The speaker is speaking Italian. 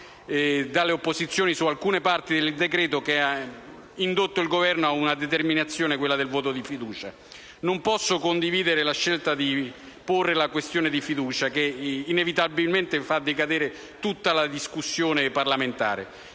dalle opposizioni su alcune parti del decreto-legge, che hanno indotto il Governo alla determinazione del voto di fiducia. Non posso condividere la scelta di porre la questione di fiducia che, inevitabilmente, fa decadere tutta la discussione parlamentare.